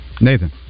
Nathan